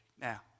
Now